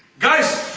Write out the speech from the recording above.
guys,